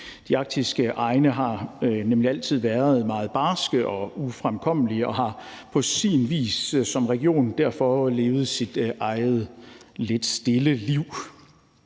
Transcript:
De arktiske egne har nemlig altid været meget barske og ufremkommelige og har på sin vis som region derfor levet deres eget lidt stille liv.